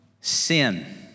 sin